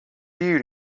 you